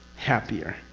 happier.